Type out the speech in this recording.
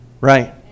Right